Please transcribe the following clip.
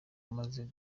maze